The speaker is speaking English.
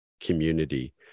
community